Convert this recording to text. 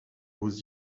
aux